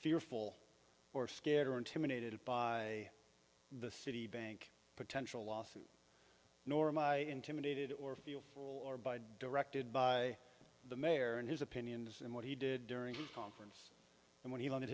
fearful or scared or intimidated by the citibank potential lawsuit nor my intimidated or or by directed by the mayor and his opinions and what he did during the conference and when he wanted